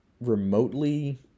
remotely